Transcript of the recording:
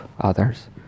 others